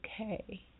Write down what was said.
Okay